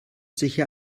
sicher